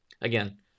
Again